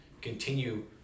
continue